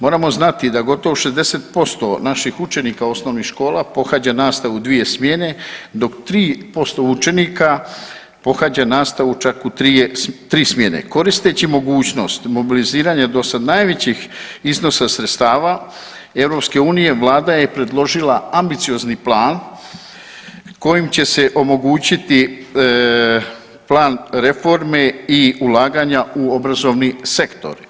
Moramo znati da gotovo 60% naših učenika osnovnih škola pohađa nastavu u dvije smjene, dok 3% učenika pohađa nastavu čak u tri smjene koristeći mogućnost mobiliziranja do sad najvećih iznosa sredstava EU Vlada je predložila ambiciozni plan kojim će se omogućiti plan reforme i ulaganja u obrazovni sektor.